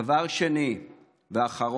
דבר שני ואחרון,